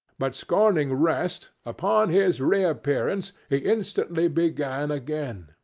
but scorning rest, upon his reappearance, he instantly began again,